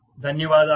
ధన్యవాదాలు